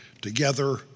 together